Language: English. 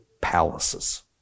palaces